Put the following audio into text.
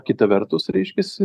kita vertus reiškiasi